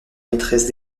maîtresse